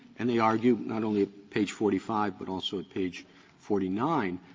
and they argued, not only at page forty five but also at page forty nine,